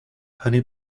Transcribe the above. honey